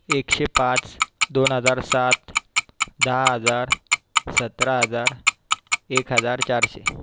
एकशे पाच दोन हजार सात दहा हजार सतरा हजार एक हजार चारशे